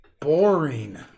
boring